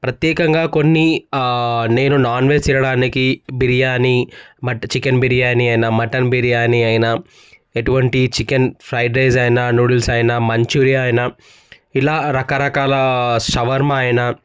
ప్రత్యేకంగా కొన్ని నేను నాన్ వెజ్ తినడానికి బిర్యానీ చికెన్ బిర్యానీ అయినా మటన్ బిర్యానీ అయినా ఎటువంటి చికెన్ ఫ్రైడ్ రైస్ అయినా నూడుల్స్ అయినా మంచూరియ అయినా ఇలా రకరకాల షవర్మా అయినా